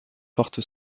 porte